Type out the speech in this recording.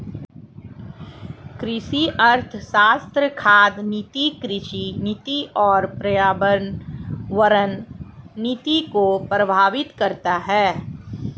कृषि अर्थशास्त्र खाद्य नीति, कृषि नीति और पर्यावरण नीति को प्रभावित करता है